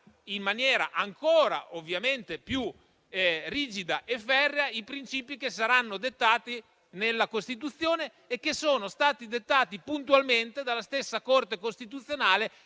in maniera ancora più rigida e ferrea i principi che saranno dettati nella Costituzione e che sono stati dettati puntualmente dalla stessa Corte costituzionale,